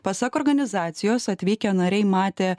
pasak organizacijos atvykę nariai matė